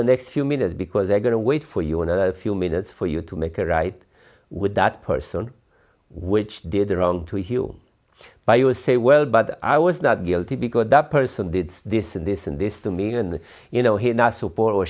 the next few minutes because they're going to wait for you in a few minutes for you to make a right with that person which did their own to you buy you a say well but i was not guilty because that person did this and this and this to me and you know he and i support or